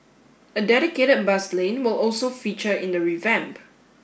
a dedicated bus lane will also feature in the revamp